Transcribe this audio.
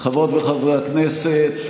חברות וחברי הכנסת,